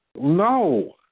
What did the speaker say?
No